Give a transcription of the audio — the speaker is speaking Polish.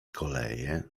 koleje